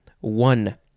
one